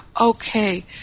okay